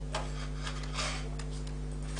נשמע שאין לכם מושג מה קורה בארץ.